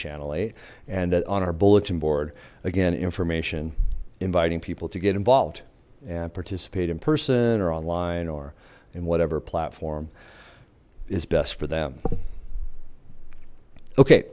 channel eight and on our bulletin board again information inviting people to get involved and participate in person or online or in whatever platform is best for them okay